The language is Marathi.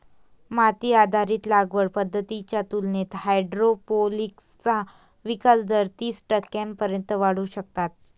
माती आधारित लागवड पद्धतींच्या तुलनेत हायड्रोपोनिक्सचा विकास दर तीस टक्क्यांपर्यंत वाढवू शकतात